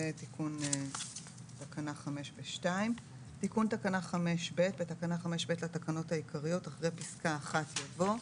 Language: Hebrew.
תיקון תקנה 5ב בתקנה 5ב לתקנות העיקריות אחרי פסקה (1) יבוא: